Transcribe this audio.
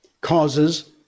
causes